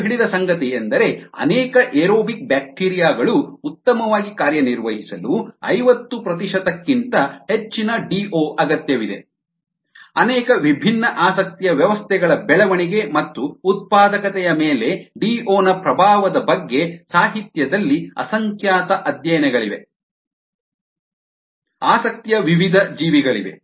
ಕಂಡುಹಿಡಿದ ಸಂಗತಿಯೆಂದರೆ ಅನೇಕ ಏರೋಬಿಕ್ ಬ್ಯಾಕ್ಟೀರಿಯಾ ಗಳು ಉತ್ತಮವಾಗಿ ಕಾರ್ಯನಿರ್ವಹಿಸಲು ಐವತ್ತು ಪ್ರತಿಶತಕ್ಕಿಂತ ಹೆಚ್ಚಿನ ಡಿಒ ಅಗತ್ಯವಿದೆ ಅನೇಕ ವಿಭಿನ್ನ ಆಸಕ್ತಿಯ ವ್ಯವಸ್ಥೆಗಳ ಬೆಳವಣಿಗೆ ಮತ್ತು ಉತ್ಪಾದಕತೆಯ ಮೇಲೆ ಡಿಒ ನ ಪ್ರಭಾವದ ಬಗ್ಗೆ ಸಾಹಿತ್ಯದಲ್ಲಿ ಅಸಂಖ್ಯಾತ ಅಧ್ಯಯನಗಳಿವೆ ಆಸಕ್ತಿಯ ವಿವಿಧ ಜೀವಿಗಳಿವೆ